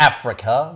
Africa